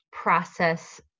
process